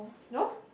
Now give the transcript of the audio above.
no